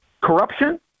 corruption